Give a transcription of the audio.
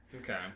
Okay